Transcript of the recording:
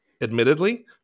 Admittedly